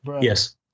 Yes